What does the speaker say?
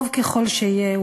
טוב ככל שיהיה,